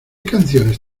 canciones